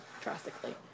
drastically